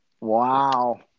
Wow